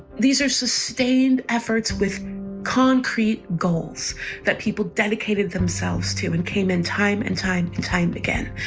these are sustained efforts with concrete goals that people dedicated themselves to and came in time and time and time again.